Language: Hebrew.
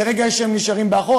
ברגע שהם נשארים מאחור,